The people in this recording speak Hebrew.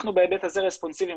אנחנו בהיבט הזה רספונסיביים,